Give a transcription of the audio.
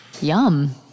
Yum